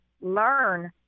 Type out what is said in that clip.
learn